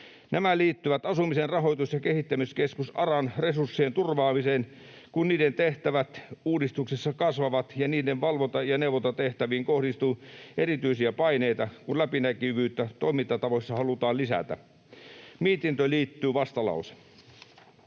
Nämä liittyvät Asumisen rahoitus- ja kehittämiskeskus ARAn resurssien turvaamiseen, kun niiden tehtävät uudistuksessa kasvavat ja niiden valvonta- ja neuvontatehtäviin kohdistuu erityisiä paineita, kun läpinäkyvyyttä toimintatavoissa halutaan lisätä. Mietintöön liittyy vastalause.